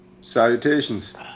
Salutations